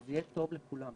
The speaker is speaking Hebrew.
זה יהיה טוב לכולם,